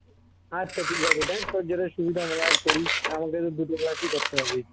আচ্ছা ঠিক আছে দেখ তোর যেটা সুবিধা মোবায় করিস আমাকে তো দুটো ক্লাসই করতে হবে